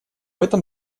этом